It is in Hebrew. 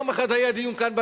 יום אחד היה דיון כאן,